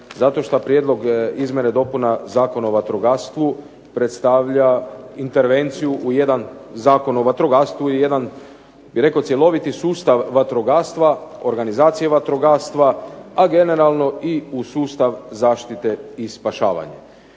zato što prijedlog izmjena i dopuna Zakona o vatrogastvu predstavlja intervenciju u jedan Zakon o vatrogastvu i jedan rekao bih cjeloviti sustav vatrogastva, organizacije vatrogastva, a generalno i u sustav zaštite i spašavanje.